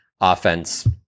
offense